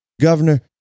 governor